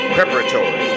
Preparatory